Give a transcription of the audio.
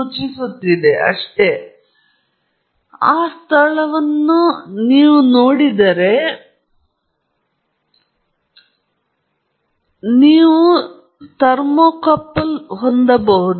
ಮತ್ತು ಆ ಸ್ಥಳ ನೀವು ಈ ರೇಖಾಚಿತ್ರವನ್ನು ನೋಡಿದರೆ ಇದು ಸೆಟ್ಅಪ್ನ ವಿನ್ಯಾಸವಾಗಿದ್ದರೆ ಆ ಸ್ಥಳವು ಇಲ್ಲಿದೆ ನಿಮ್ಮ ಮಾದರಿ ಇಲ್ಲಿ ಕುಳಿತುಕೊಳ್ಳುತ್ತದೆ ಮತ್ತು ಇದು ಸುಲಭವಾಗಿ 2 ಅಥವಾ 3 ಇಂಚುಗಳು ಹೇಳುವ ಆದೇಶದಂತೆ ಇರಬಹುದು 5 ರಿಂದ 10 ಸೆಂಟಿಮೀಟರ್ಗಳು 5 ರಿಂದ 10 ಸೆಂಟಿಮೀಟರ್ಗಳು ನಿಮ್ಮ ಥರ್ಮೋಪೂಲ್ನ ಸ್ಥಳ ಮತ್ತು ನಿಮ್ಮ ಮಾದರಿಯ ಸ್ಥಳಗಳ ನಡುವೆ ಇರಬಹುದು